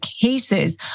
cases